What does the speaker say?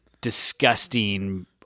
disgusting